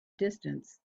distance